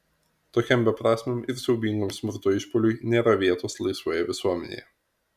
tokiam beprasmiam ir siaubingam smurto išpuoliui nėra vietos laisvoje visuomenėje